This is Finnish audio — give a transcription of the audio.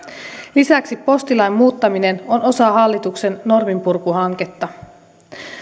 lisäksi postilain muuttaminen on osa hallituksen norminpurkuhanketta